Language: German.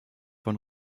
von